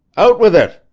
out with it!